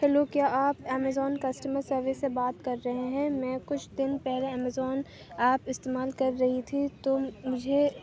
hello کیا آپ Amazon customer service سے بات کر رہے ہیں میں کچھ دِن پہلے امیزون ایپ استعمال کر رہی تھی تو مجھے